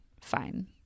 Fine